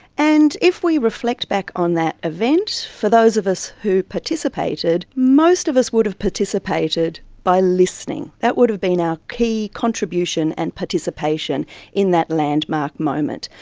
and if we reflect back on that event, for those of us who participated, most of us would have participated by listening. that would have been our key contribution and participation in that landmark moment.